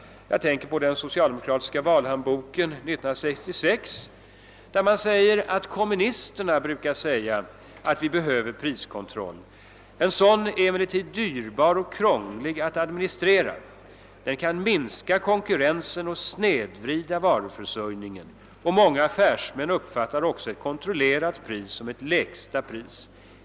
Jag tänker på den socialdemokratiska valhandboken från 1966, där det heter: »Kommunisterna brukar säga, att vi behöver priskontroll. En sådan är emellertid dyrbar och krånglig att administrera. Den kan minska konkurrensen och snedvrida varuförsörjningen. Många affärsmän uppfattar också ett kontrollerat pris som ett lägsta pris.